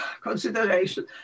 consideration